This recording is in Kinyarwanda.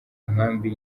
nkambi